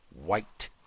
white